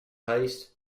haste